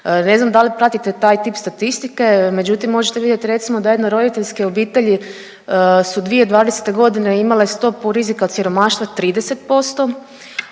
Ne znam da li pratite taj tip statistike, međutim možete vidjet da jednoroditeljske obitelji su 2020.g. imale stopu rizika od siromaštva 30%,